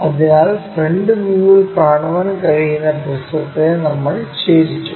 അതിനാൽ ഫ്രണ്ട് വ്യൂവിൽ കാണാൻ കഴിയുന്ന പ്രിസത്തെ നമ്മൾ ചെരിച്ചു